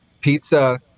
pizza